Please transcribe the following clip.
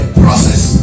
process